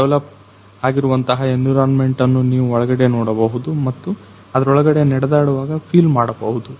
develop ಆಗಿರುವಂತಹ environment ಅನ್ನು ನೀವು ಒಳಗಡೆ ನೋಡಬಹುದು ಮತ್ತು ಅದರೊಳಗಡೆ ನಡೆದಾಡುವಾಗ ಫೀಲ್ ಮಾಡಬಹುದು